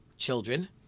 Children